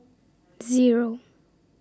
Zero